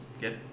get